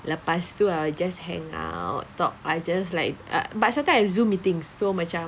lepas tu I'll just hang out talk I just like err but sometimes I have Zoom meetings so macam